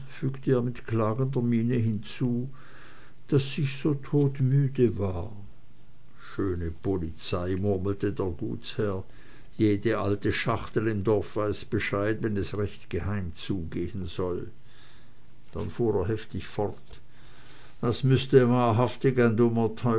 fügte er mit klagender miene hinzu daß ich so todmüde war schöne polizei murmelte der gutsherr jede alte schachtel im dorf weiß bescheid wenn es recht geheim zugehen soll dann fuhr er heftig fort das müßte wahrhaftig ein